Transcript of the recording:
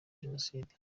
jenoside